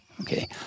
Okay